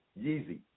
Yeezy